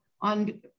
on